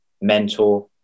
mentor